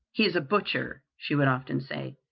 he is a butcher, she would often say,